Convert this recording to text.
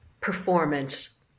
performance